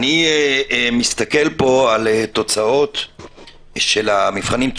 אני מסתכל פה על תוצאות של המבחנים,